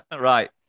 Right